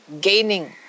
gaining